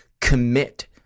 commit